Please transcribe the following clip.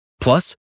Plus